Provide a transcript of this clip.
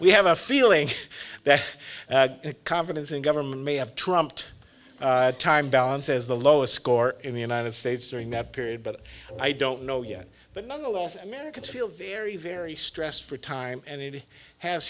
we have a feeling that confidence in government may have trumped time balance as the lowest score in the united states during that period but i don't know yet but nonetheless americans feel very very stressed for time and it has